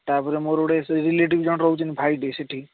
ତା'ପରେ ମୋର ଗୋଟେ ରିଲେଟିଭ୍ ଜଣେ ରହୁଛନ୍ତି ଭାଇଟେ ସେଇଠି